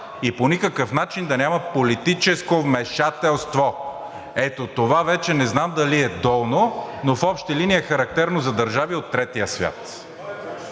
и по никакъв начин да няма политическо вмешателство. Ето това вече не знам дали е долно, но в общи линии е характерно за държави от третия свят.